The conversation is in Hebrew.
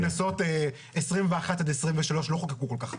הכנסות 23-21 לא חוקקו כל כך הרבה.